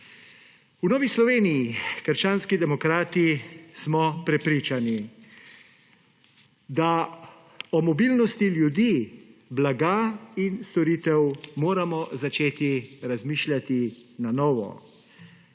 V Novi Sloveniji – krščanski demokrati smo prepričani, da o mobilnosti ljudi, blaga in storitev moramo začeti razmišljati na novo.